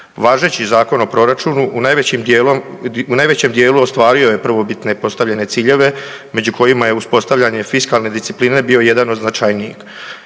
Važeći Zakon o proračunu u najvećem dijelu ostvario je prvobitne ostvarene ciljeve među kojima je uspostavljanje fiskalne discipline bio jedan od značajnijih.